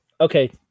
Okay